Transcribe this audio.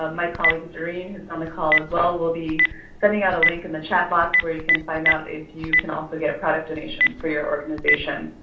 ah my colleague zerreen who is on the call as well will be sending out a link in the chat box where you can find out if you can also get product donations for your organization.